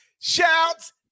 Shouts